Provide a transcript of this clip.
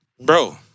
bro